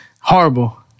horrible